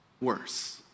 worse